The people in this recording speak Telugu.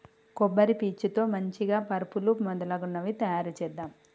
కొబ్బరి పీచు తో మంచిగ పరుపులు మొదలగునవి తాయారు చేద్దాం